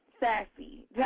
sassy